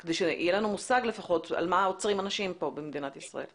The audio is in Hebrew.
כדי שלפחות יהיה לנו מושג על מה עוצרים אנשים במדינת ישראל.